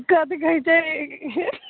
कथी कहैत छै